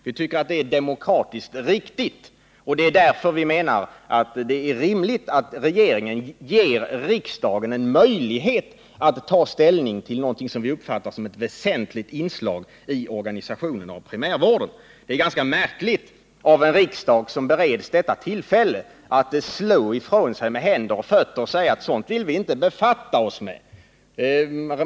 Vi tycker att detta är demokratiskt riktigt, och det är därför vi menar att det är rimligt att regeringen ger riksdagen en möjlighet att ta ställning till någonting som vi uppfattar som ett väsentligt inslag i organisationen av primärvården. Det är ganska märkligt att riksdagen, när den bereds detta tillfälle, slår ifrån sig med händer och fötter och säger att sådant vill man inte befatta sig med!